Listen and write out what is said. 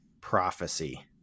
prophecy